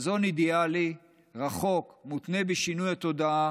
חזון אידיאלי רחוק, המותנה בשינוי התודעה